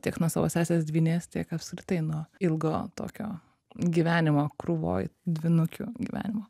tiek nuo savo sesės dvynės tiek apskritai nuo ilgo tokio gyvenimo krūvoj dvynukių gyvenimo